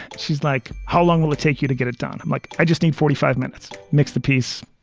she's like, how long will it take you to get it done? and like, i just need forty five minutes. mix the piece.